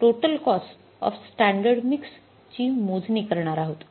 total cost of standard mix ची मोजणी करणार आहोत